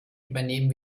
übernehmen